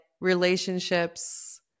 relationships